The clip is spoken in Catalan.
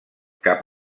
cap